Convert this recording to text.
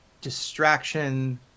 distraction